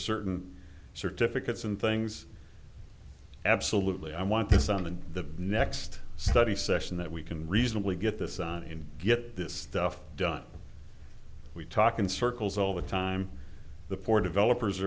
certain certificates and things absolutely i want this on the the next study session that we can reasonably get this on in get this stuff done we talk in circles all the time the four developers